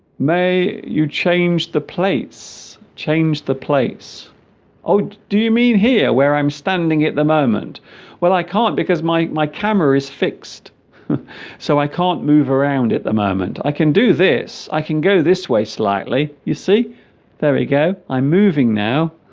may you change the place change the place oh do you mean here where i'm standing at the moment well i can't because my my camera is fixed so i can't move around at the moment i can do this i can go this way slightly you see there we go i'm moving now